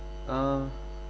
uh